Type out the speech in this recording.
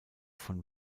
von